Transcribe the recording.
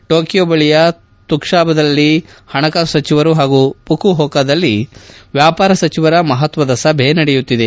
Tokyo ಬಳಿಯ ತುಕುಬಾದಲ್ಲಿ ಪಣಕಾಸು ಸಚಿವರು ಹಾಗೂ ಘುಕುಓಕಾದಲ್ಲಿ ವ್ಯಾಪಾರ ಸಚಿವರ ಮಪತ್ತದ ಸಭೆ ನಡೆಯುತ್ತಿದೆ